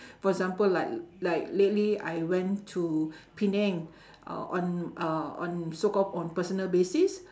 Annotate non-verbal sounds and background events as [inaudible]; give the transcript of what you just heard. for example like like lately I went to [breath] penang [breath] on uh on so called on personal basis